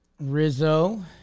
Rizzo